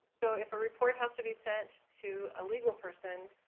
so if a report has to be sent to a legal person,